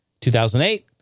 2008